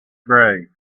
grave